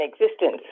existence